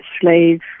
slave